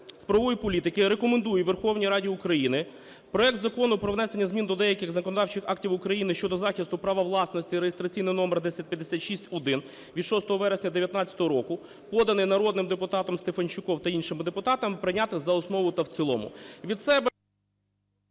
правової політики рекомендує Верховній Раді України проект Закону про внесення змін до деяких законодавчих актів України щодо захисту права власності (реєстраційний номер 1056-1, від 6 вересня 2019 року) поданий народним депутатом Стефанчуком та іншими депутатами, прийняти за основу та в цілому. І від себе…